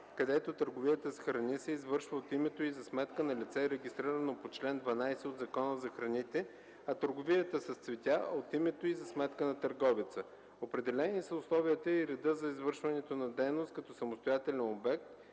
където търговията с храни се извършва от името и за сметка на лице, регистрирано по чл. 12 от Закона за храните, а търговията с цветя – от името и за сметка на търговеца. Определени са условията и редът за извършването на дейност като самостоятелен обект,